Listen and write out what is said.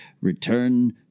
return